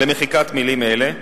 למחיקת מלים אלה,